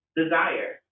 desire